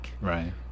Right